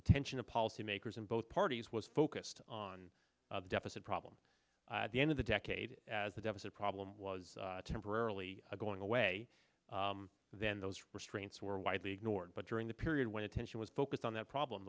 attention of policymakers in both parties was focused on the deficit problem at the end of the decade as the deficit problem was temporarily going away then those restraints were widely ignored but during the period when attention was focused on that problem